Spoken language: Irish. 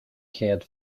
chéad